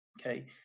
Okay